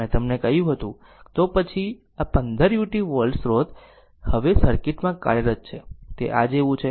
મેં તમને કહ્યું હતું તો પછી આ 15 u વોલ્ટ સ્રોત હવે સર્કિટ માં કાર્યરત છે તે આ જેવું છે